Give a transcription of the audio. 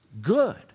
good